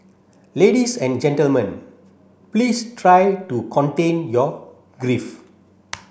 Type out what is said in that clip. ladies and gentlemen please try to contain your grief